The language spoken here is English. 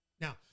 Now